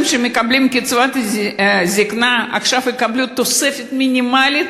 שמקבלים קצבת זיקנה עכשיו יקבלו תוספת מינימלית,